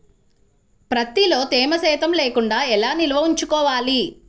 ప్రత్తిలో తేమ శాతం లేకుండా ఎలా నిల్వ ఉంచుకోవాలి?